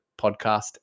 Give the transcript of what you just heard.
podcast